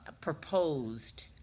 proposed